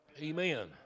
Amen